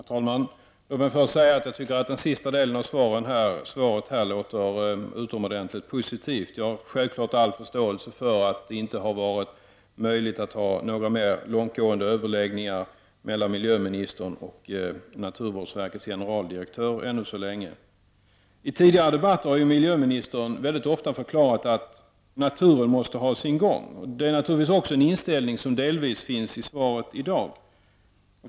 Herr talman! Låt mig först säga att jag tycker att den sista delen av svaret låter utomordentligt positivt. Jag har självfallet all förståelse för att det inte har varit möjligt att ännu så länge ha några mer långtgående överläggningar mellan miljöministern och naturvårdsverkets generaldirektör. I tidigare debatter har miljöministern ofta förklarat att naturen måste ha sin gång. Det är en inställning som delvis återfinns i svaret i dag.